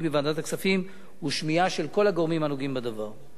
בוועדת הכספים ושמיעה של כל הגורמים הנוגעים בדבר.